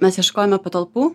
mes ieškojome patalpų